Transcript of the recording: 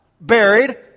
buried